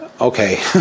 okay